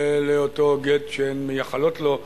לאותו גט שהן מייחלות לו,